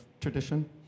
tradition